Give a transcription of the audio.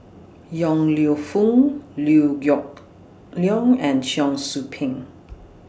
Yong Lew Foong Liew Yong Leong and Cheong Soo Pieng